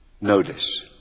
Notice